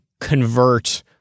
convert